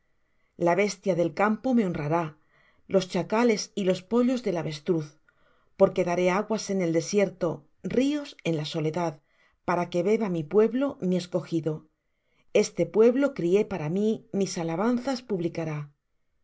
la bestia del campo me honrará los chacales y los pollos del avestruz porque daré aguas en el desierto ríos en la soledad para que beba mi pueblo mi escogido este pueblo crié para mí mis alabanzas publicará